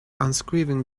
unscrewing